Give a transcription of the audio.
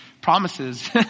promises